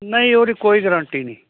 ਨਹੀਂ ਉਹਦੀ ਕੋਈ ਗਰੰਟੀ ਨੀ